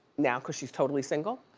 now, cause she's totally single,